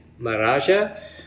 maraja